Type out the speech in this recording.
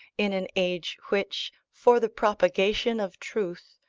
in an age which, for the propagation of truth,